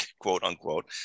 quote-unquote